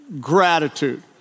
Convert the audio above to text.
gratitude